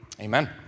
Amen